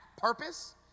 purpose